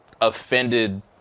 offended